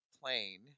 plane